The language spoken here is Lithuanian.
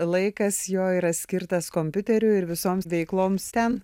laikas jo yra skirtas kompiuteriui ir visoms veikloms ten